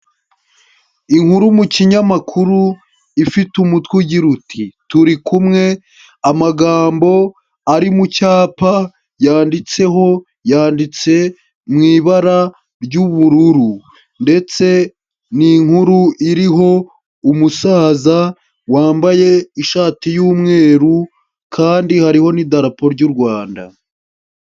Inkuru mu kinyamakuru ifite umutwe ugira uti turi kumwe amagambo ari mu cyapa yanditseho yanditse mu ibara ry'ubururu, ndetse ni inkuru iriho umusaza wambaye ishati y'umweru kandi hariho n'idarapo ry'u Rwanda.